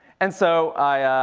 and so i,